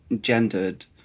gendered